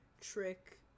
trick